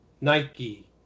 nike